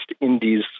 Indies